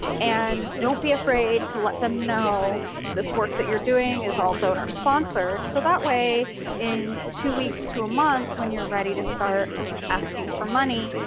and don't be afraid to let them know that this work that you're doing is all donor sponsored so that way in two weeks to a month when you're ready to start asking for money,